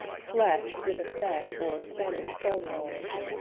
slashed with a sash or spanish folderols,